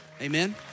Amen